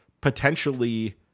potentially